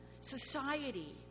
society